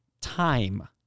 time